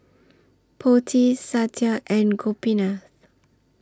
Potti Satya and Gopinath